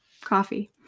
coffee